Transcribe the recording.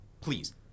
Please